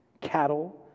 cattle